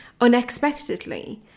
unexpectedly